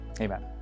Amen